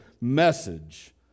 message